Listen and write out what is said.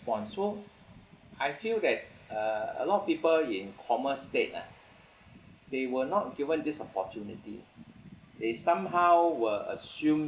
~pond so I feel that uh a lot of people in coma state ah they were not given this opportunity they somehow were assumed